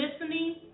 listening